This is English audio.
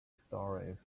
stories